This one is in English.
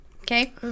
Okay